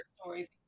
stories